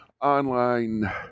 online